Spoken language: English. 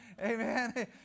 Amen